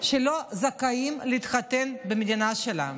שלא זכאים להתחתן במדינה שלנו.